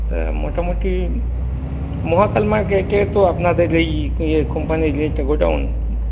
তা মোটামুটি মহাকালমার গেটে তো আপনাদের লে ইয়ে কোম্পানির এটা গোডউন